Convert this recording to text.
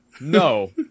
No